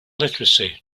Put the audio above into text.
literacy